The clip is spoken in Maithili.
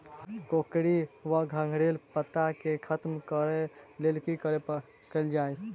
कोकरी वा घुंघरैल पत्ता केँ खत्म कऽर लेल की कैल जाय?